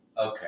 Okay